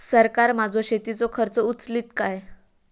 सरकार माझो शेतीचो खर्च उचलीत काय?